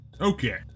Okay